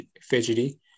fidgety